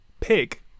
Pig